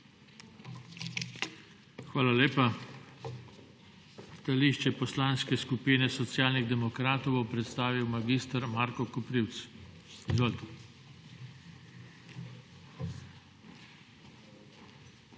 Hvala lepa. Stališče Poslanske skupine Socialnih demokratov bo predstavil mag. Marko Koprivc. Izvolite.